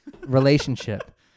relationship